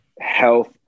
health